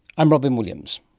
i'm robyn williams